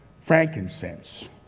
frankincense